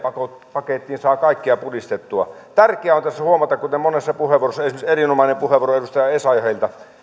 pakettiin saa kaikkea puristettua tärkeää on tässä huomata kuten monessa puheenvuorossa esimerkiksi erinomainen puheenvuoro edustaja essayahilta että